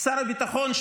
שר הביטחון,